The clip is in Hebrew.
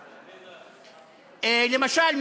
למשל,